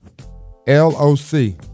L-O-C